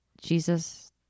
jesus